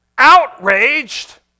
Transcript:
outraged